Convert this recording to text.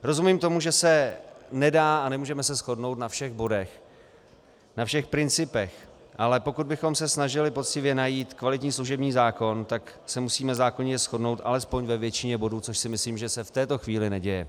Rozumím tomu, že se nemůžeme shodnout na všech bodech, na všech principech, ale pokud bychom se snažili poctivě najít kvalitní služební zákon, tak se musíme zákonně shodnout alespoň ve většině bodů, což si myslím, že se v této chvíli neděje.